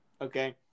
Okay